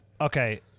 Okay